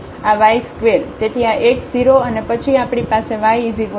તેથી આ x 0 છે અને પછી આપણી પાસે y બરાબર 0 છે